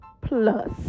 plus